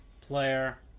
player